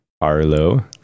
Arlo